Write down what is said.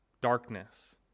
darkness